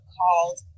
called